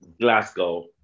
Glasgow